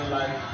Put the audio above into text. life